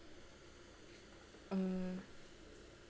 um